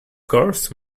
course